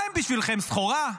מה הם בשבילכם, סחורה?